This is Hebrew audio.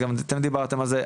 אז גם אתם דיברתם על זה,